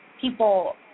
people